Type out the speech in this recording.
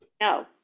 No